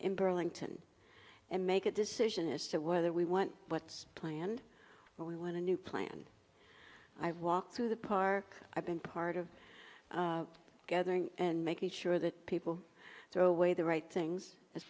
in burlington and make a decision as to whether we want what's planned when we went to new plan i walk through the park i've been part of gathering and making sure that people so way the right things as